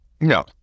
No